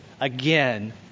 again